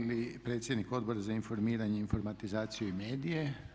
Želi li predsjednik Odbora za informiranje, informatizaciju i medije?